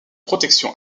protection